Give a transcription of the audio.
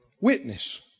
witness